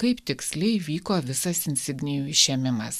kaip tiksliai vyko visas insignijų išėmimas